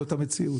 זאת המציאות.